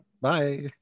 bye